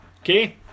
okay